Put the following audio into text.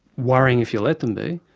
worrying if you let them be,